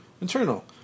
internal